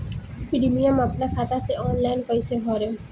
Premium अपना खाता से ऑनलाइन कईसे भरेम?